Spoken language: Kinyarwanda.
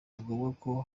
ngombwa